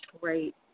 Great